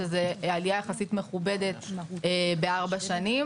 שזאת עלייה יחסית מכובדת בארבע שנים.